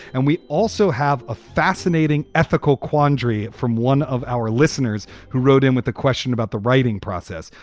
and we also have a fascinating ethical quandary from one of our listeners who wrote in with a question about the writing process.